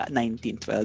1912